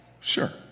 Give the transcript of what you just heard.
sure